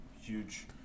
huge